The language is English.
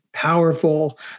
powerful